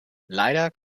leider